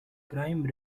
crime